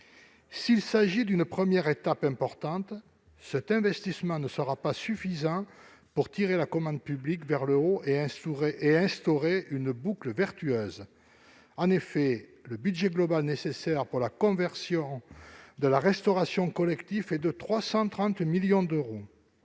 S'il s'agit d'une première étape importante, cet investissement ne suffira pas pour tirer la commande publique vers le haut et instaurer une boucle vertueuse, car le budget global nécessaire pour la conversion de la restauration collective s'élève à 330 millions d'euros.